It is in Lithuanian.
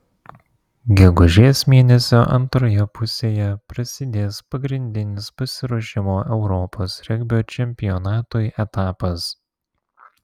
gegužės mėnesio antroje pusėje prasidės pagrindinis pasiruošimo europos regbio čempionatui etapas